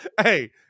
Hey